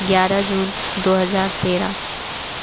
ग्यारह जून दो हजार तेरह